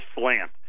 slant